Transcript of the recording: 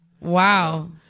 Wow